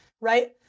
right